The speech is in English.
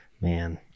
Man